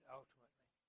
ultimately